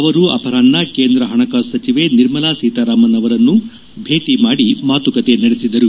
ಅವರು ಅಪರಾಹ್ನ ಕೇಂದ್ರ ಹಣಕಾಸು ಸಚಿವೆ ನಿರ್ಮಲಾ ಸೀತರಾಮನ್ ಅವರನ್ನು ಭೇಟಿ ಮಾಡಿ ಮಾತುಕತೆ ನಡೆಸಿದರು